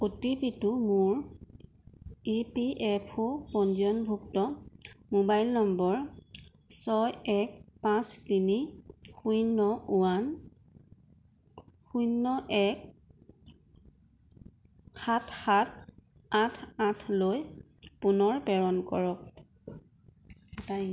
অ' T P টো মোৰ E P F O পঞ্জীয়নভুক্ত মোবাইল নম্বৰ ছয় এক পাঁচ তিনি শূন্য ওৱান শূন্য এক সাত সাত আঠ আঠলৈ পুনৰ প্ৰেৰণ কৰক